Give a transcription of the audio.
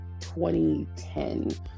2010